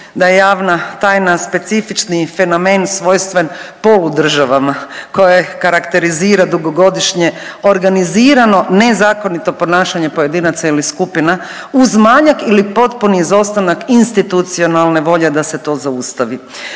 da je javna tajna specifični fenomen svojstven poludržavama koje karakterizira dugogodišnje organizirano nezakonito ponašanje pojedinaca ili skupina uz manjak ili potpuni izostanak institucionalne volje da se to zaustavi.